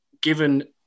given